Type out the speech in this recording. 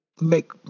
make